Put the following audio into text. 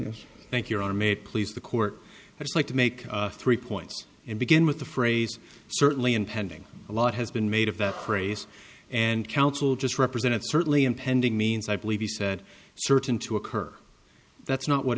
thank your arm a please the court i just like to make three points and begin with the phrase certainly impending a lot has been made of that phrase and counsel just represented certainly impending means i believe he said certain to occur that's not what